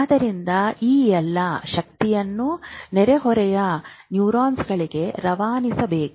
ಆದ್ದರಿಂದ ಈ ಎಲ್ಲಾ ಶಕ್ತಿಯನ್ನು ನೆರೆಹೊರೆಯ ನ್ಯೂರಾನ್ಗಳಿಗೆ ರವಾನಿಸಬೇಕು